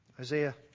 Isaiah